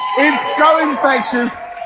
and so infectious